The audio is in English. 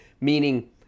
meaning